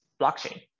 blockchain